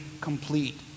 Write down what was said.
complete